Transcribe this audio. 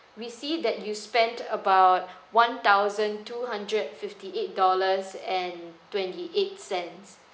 we see that you spent about one thousand two hundred fifty eight dollars and twenty eight cents